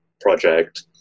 project